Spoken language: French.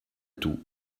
tout